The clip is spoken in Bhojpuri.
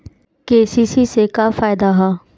के.सी.सी से का फायदा ह?